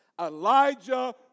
Elijah